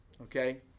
okay